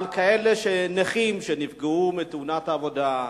אבל נכים שנפגעו בתאונת עבודה,